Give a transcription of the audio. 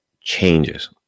changes